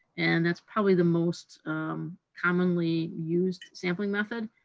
and that's probably the most commonly used sampling method.